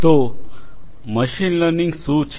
તો machine learning શું છે